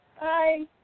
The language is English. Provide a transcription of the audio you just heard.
Bye